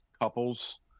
couples